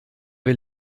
wer